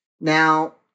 Now